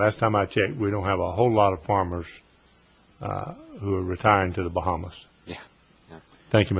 last time i checked we don't have a whole lot of farmers who are retiring to the bahamas thank you